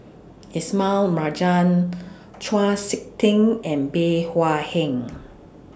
Ismail Marjan Chau Sik Ting and Bey Hua Heng